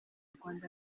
rwanda